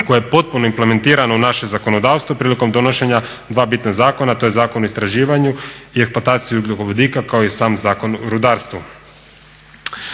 koja je potpuno implementirana u naše zakonodavstvo prilikom donošenja dva bitna zakona. To je Zakon o istraživanju i eksploataciji ugljikovodika, kao i sam Zakon o rudarstvu.